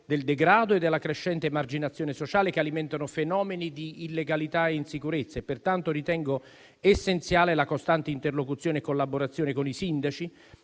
del degrado e della crescente emarginazione sociale, che alimentano fenomeni di illegalità e insicurezza. Pertanto, ritengo essenziale la costante interlocuzione e collaborazione con i sindaci,